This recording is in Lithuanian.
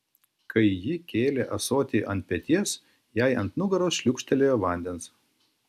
kai ji kėlė ąsotį ant peties jai ant nugaros šliūkštelėjo vandens